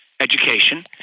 education